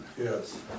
Yes